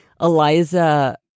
Eliza